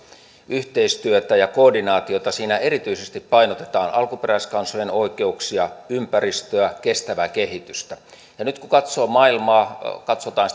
yhteistyötä ja koordinaatiota siinä erityisesti painotetaan alkuperäiskansojen oikeuksia ympäristöä kestävää kehitystä nyt kun katsoo maailmaa katsotaan